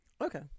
Okay